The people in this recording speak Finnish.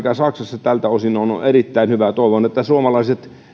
mikä saksassa tältä osin on on erittäin hyvä toivon että suomalaiset